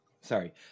sorry